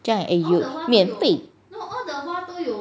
这样有免费